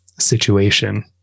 Situation